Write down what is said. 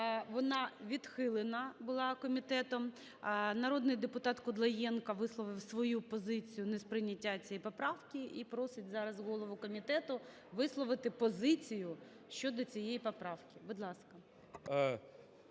вона відхилена була комітетом. Народний депутатКудлаєнко висловив свою позицію несприйняття цієї поправки і просить зараз голову комітету висловити позицію щодо цієї поправки. Будь ласка.